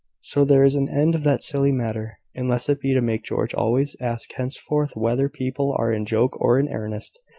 so there is an end of that silly matter, unless it be to make george always ask henceforth whether people are in joke or in earnest.